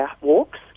walks